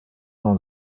non